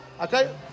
Okay